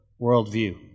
worldview